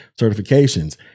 certifications